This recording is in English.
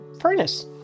furnace